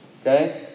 Okay